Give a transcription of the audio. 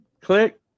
click